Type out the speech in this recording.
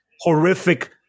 horrific